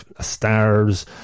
stars